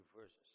verses